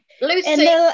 Lucy